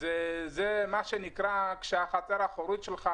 אז זה מה שנקרא כשהחצר האחורית שלך